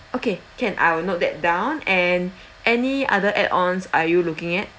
okay can I will note that down and any other add ons are you looking at